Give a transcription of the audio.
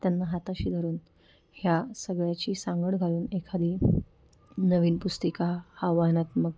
त्यांना हाताशी धरून ह्या सगळ्याची सांगड घालून एखादी नवीन पुस्तिका आवाहनात्मक